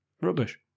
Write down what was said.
Rubbish